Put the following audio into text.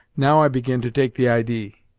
now i begin to take the idee.